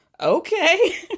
okay